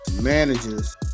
managers